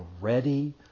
ready